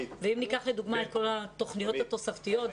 ניקח לדוגמה את כל התוכניות התוספתיות,